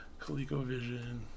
ColecoVision